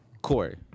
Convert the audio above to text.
Corey